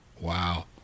Wow